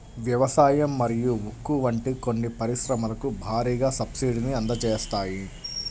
వ్యవసాయం మరియు ఉక్కు వంటి కొన్ని పరిశ్రమలకు భారీగా సబ్సిడీని అందజేస్తాయి